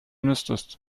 müsstest